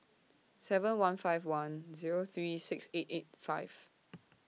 seven one five one Zero three six eight eight five